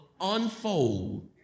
unfold